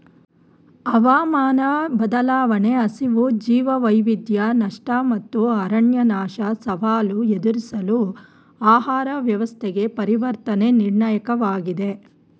ಹವಾಮಾನ ಬದಲಾವಣೆ ಹಸಿವು ಜೀವವೈವಿಧ್ಯ ನಷ್ಟ ಮತ್ತು ಅರಣ್ಯನಾಶ ಸವಾಲು ಎದುರಿಸಲು ಆಹಾರ ವ್ಯವಸ್ಥೆಗೆ ಪರಿವರ್ತನೆ ನಿರ್ಣಾಯಕವಾಗಿದೆ